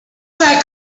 that